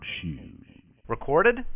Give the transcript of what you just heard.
Recorded